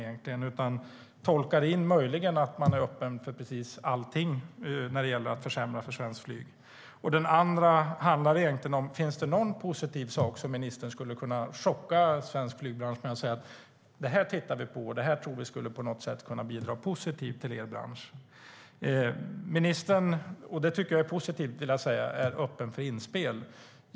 Möjligen kan jag tolka in att man är öppen för precis allting när det gäller att försämra för svenskt flyg. Jag tycker att det är positivt att ministern är öppen för inspel.